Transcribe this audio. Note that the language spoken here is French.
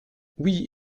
oui